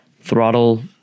Throttle